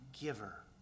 giver